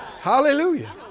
hallelujah